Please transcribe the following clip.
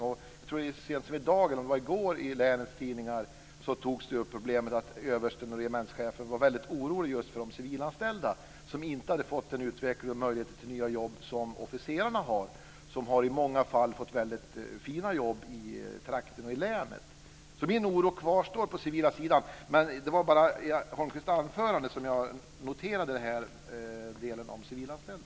Jag såg att det här problemet togs upp i länets tidningar så sent som i dag, eller om det var i går. Översten och regementschefen oroade sig just för de civilanställda. De hade inte fått samma utveckling och möjlighet till nya jobb som officerarna, som i många fall har fått väldigt fina jobb i trakten och i länet. Min oro kvarstår alltså för den civila sidan. Det var så att jag i Abramssons anförande noterade den här delen om civilanställda.